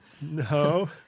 No